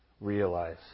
realize